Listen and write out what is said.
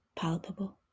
palpable